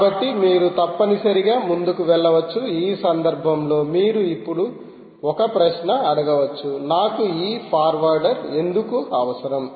కాబట్టి మీరు తప్పనిసరిగా ముందుకు వెళ్ళవచ్చు ఈ సందర్భంలో మీరు ఇప్పుడు ఒక ప్రశ్న అడగవచ్చు నాకు ఈ ఫార్వార్డర్ ఎందుకు అవసరం